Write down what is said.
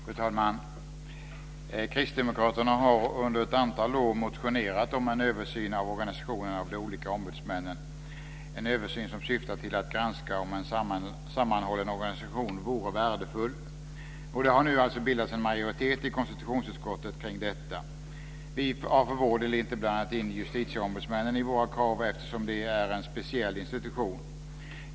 Fru talman! Kristdemokraterna har under ett antal år motionerat om en översyn av organisationen av de olika ombudsmännen, en översyn som syftar till att granska om en sammanhållen organisation vore värdefull. Det har nu bildats en majoritet i konstitutionsutskottet kring detta. Vi har för vår del inte blandat in justitieombudsmännen i våra krav eftersom det är en speciell institution.